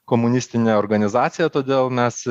komunistine organizacija todėl mes